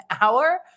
hour